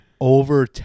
over